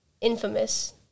Infamous